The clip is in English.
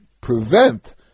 prevent